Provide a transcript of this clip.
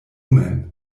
mem